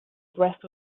breath